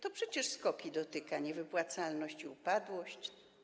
To przecież SKOK-i dotyka niewypłacalność i upadłość.